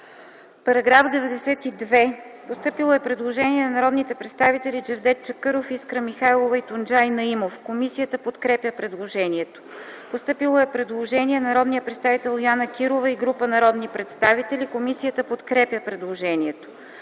По § 92 е постъпило предложение на народните представители Джевдет Чакъров, Искра Михайлова и Тунджай Наимов. Комисията подкрепя предложението. Постъпило е предложение на народния представител Йоана Кирова и група народни представители. Комисията подкрепя предложението.